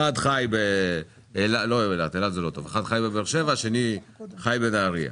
אחד חי בבאר שבע והשני חי בנהריה.